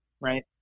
Right